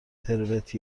تروت